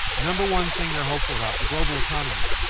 number one thing they're hopeful about, the global economy.